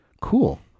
cool